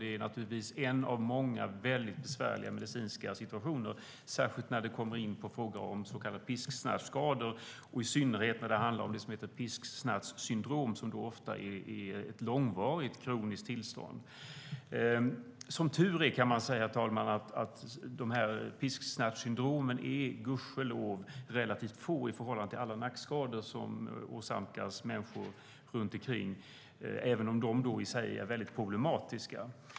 Det är en av många besvärliga medicinska situationer, särskilt när man kommer in på frågor om så kallade pisksnärtsskador, och i synnerhet när det handlar om det som heter pisksnärtssyndrom, som ofta är ett långvarigt kroniskt tillstånd. Som tur är, herr talman, kan man säga att dessa pisksnärtssyndrom är relativt få i förhållande till alla nackskador som åsamkas människor, även om dessa i sig är problematiska.